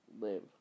live